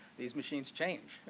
these machines change